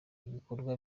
ibikorwa